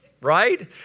right